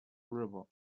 river